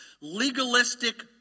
legalistic